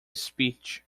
speech